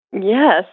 Yes